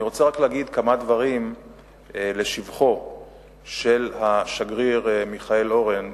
אני רוצה רק להגיד כמה דברים לשבחו של השגריר מיכאל אורן,